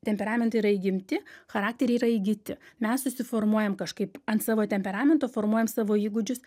temperamentai yra įgimti charakteriai yra įgyti mes susiformuojam kažkaip ant savo temperamento formuojam savo įgūdžius